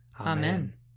Amen